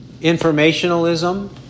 informationalism